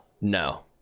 No